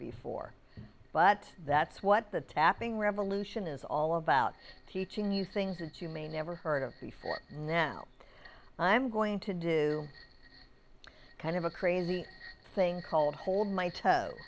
before but that's what the tapping revolution is all about teaching you things that you may never heard of before now i'm going to do kind of a crazy thing called hold my toe